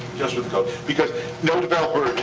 because no developer.